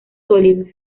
sólido